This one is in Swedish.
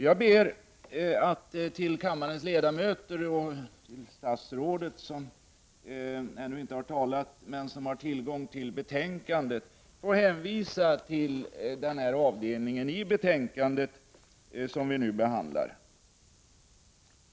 Jag ber att för kammarens ledamöter och statsrådet, som ännu inte har talat men som har tillgång till betänkandet, få hänvisa till den avdelning i betänkandet som vi nu behandlar.